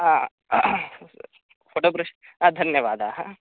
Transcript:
आ फ़ोटो प्रेश् धन्यवादाः